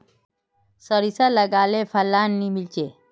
सारिसा लगाले फलान नि मीलचे?